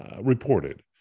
reported